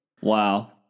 wow